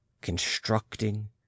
constructing